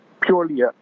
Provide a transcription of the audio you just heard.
purely